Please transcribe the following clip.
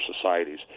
societies